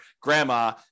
grandma